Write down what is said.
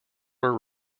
were